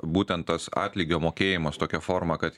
būtent tas atlygio mokėjimas tokia forma kad